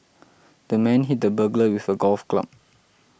the man hit the burglar with a golf club